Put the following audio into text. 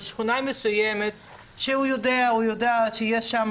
בשכונה מסוימת שהוא יודע שיש שם